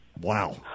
Wow